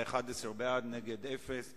ועדת הכספים.